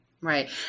Right